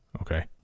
Okay